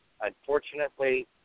Unfortunately